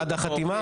עד החתימה?